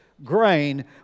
Grain